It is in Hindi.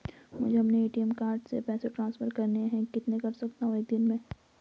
मुझे अपने ए.टी.एम कार्ड से पैसे ट्रांसफर करने हैं कितने कर सकता हूँ एक दिन में?